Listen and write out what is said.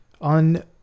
on